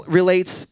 relates